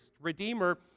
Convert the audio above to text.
redeemer